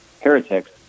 heretics